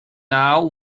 now